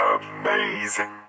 Amazing